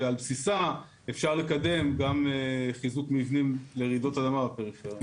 ועל בסיסה אפשר לקדם גם חיזוק מבנים לרעידות אדמה בפריפריה.